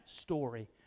story